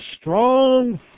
strong